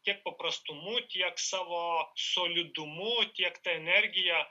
tiek paprastumu tiek savo solidumu tiek ta energija